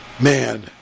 Man